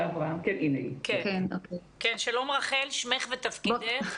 שלום, רחל, שמך ותפקידך.